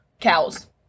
Cows